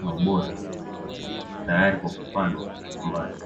na ubora tayari kwa kupandwa shambani.